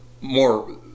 more